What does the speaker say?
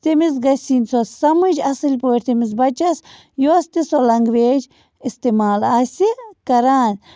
تٔمِس گَژھِ یِنۍ سۄ سمٕج اَصٕل پٲٹھۍ تٔمِس بَچس یۄس تہِ سۄ لنٛگویج اِستعمال آسہِ کَران